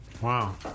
wow